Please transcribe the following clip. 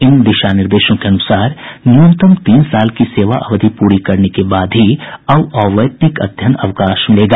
इन दिशा निर्देशों के अनुसार न्यूनतम तीन साल की सेवा अवधि पूरी करने के बाद ही अब अवैतनिक अध्ययन अवकाश मिलेगा